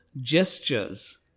gestures